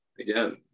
again